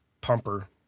pumper